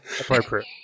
Appropriate